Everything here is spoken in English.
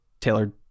tailored